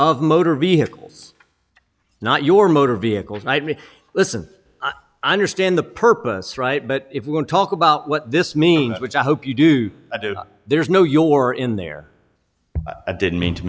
of motor vehicles not your motor vehicles night me listen i understand the purpose right but if we won't talk about what this means which i hope you do i do there's no your in there didn't mean to